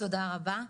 תודה רבה,